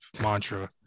mantra